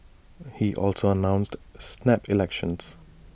he also announced snap elections